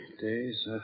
days